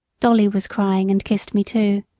dolly was crying and kissed me too.